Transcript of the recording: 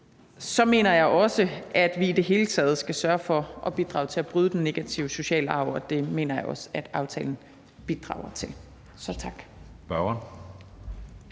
Så mener jeg også, at vi i det hele taget skal sørge for at bidrage til at bryde den negative sociale arv, og det mener jeg også at aftalen bidrager til. Så tak.